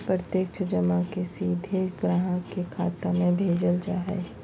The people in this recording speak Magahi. प्रत्यक्ष जमा के सीधे ग्राहक के खाता में भेजल जा हइ